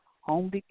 Home